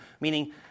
meaning